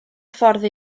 ffordd